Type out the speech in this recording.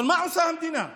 אבל מה עושה המדינה?